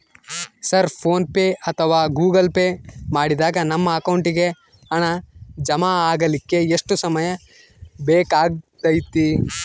Sir PhonePe ಅಥವಾ Google Pay ಮಾಡಿದಾಗ ನಮ್ಮ ಅಕೌಂಟಿಗೆ ಹಣ ಜಮಾ ಆಗಲಿಕ್ಕೆ ಎಷ್ಟು ಸಮಯ ಬೇಕಾಗತೈತಿ?